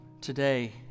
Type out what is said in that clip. Today